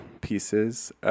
pieces